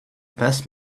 best